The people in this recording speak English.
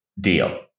Deal